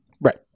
Right